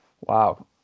wow